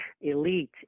elite